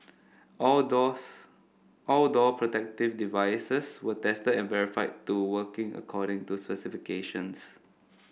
all doors all door protective devices were tested and verified to working according to specifications